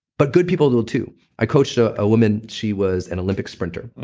but good people will too i coached a ah woman, she was an olympic sprinter,